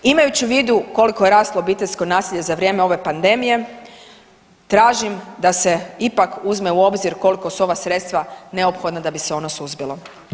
Imajući u vidu koliko je raslo obiteljsko nasilje za vrijeme ove pandemije, tražim da se ipak uzme u obzir koliko su ova sredstva neophodna da bi se ona suzbila.